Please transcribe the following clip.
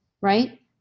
right